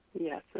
Yes